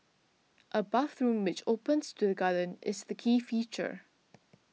a bathroom which opens to the garden is the key feature